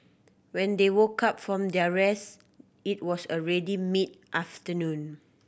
when they woke up from their rest it was already mid afternoon